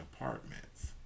apartments